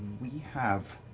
we have